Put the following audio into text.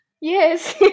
Yes